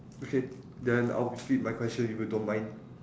okay then I'll repeat my question if you don't mind